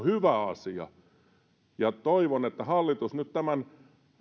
hyvä asia toivon että hallitus nyt tämän